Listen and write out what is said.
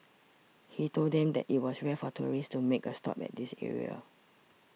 he told them that it was rare for tourists to make a stop at this area